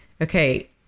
okay